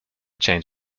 changed